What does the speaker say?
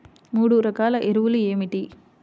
మూడు రకాల ఎరువులు ఏమిటి?